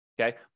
Okay